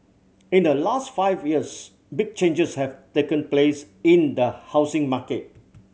in the last five years big changes have taken place in the housing market